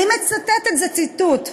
אני מצטטת, זה ציטוט: